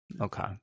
okay